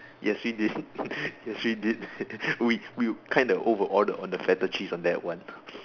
yes we did yes we did we we kind of over ordered on the Feta cheese on that one